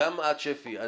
גם את, שפי.